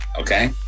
Okay